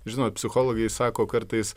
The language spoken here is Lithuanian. žinoma psichologai sako kartais